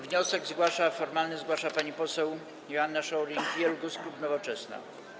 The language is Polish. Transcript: Wniosek zgłasza formalny zgłasza pani poseł Joanna Scheuring-Wielgus, klub Nowoczesna.